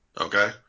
Okay